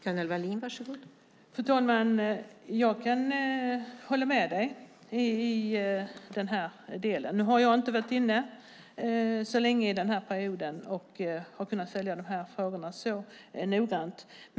Fru talman! Jag kan hålla med dig i den här delen. Dock har jag inte varit med så lång tid under denna mandatperiod och således inte kunnat följa de här frågorna så noga.